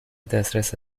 دسترس